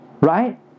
Right